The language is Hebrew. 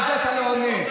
ואתה לא עונה.